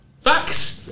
Facts